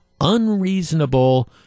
unreasonable